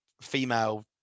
female